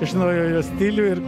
žinojau jos stilių ir